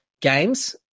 games